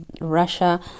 Russia